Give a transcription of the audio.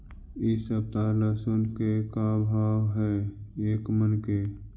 इ सप्ताह लहसुन के का भाव है एक मन के?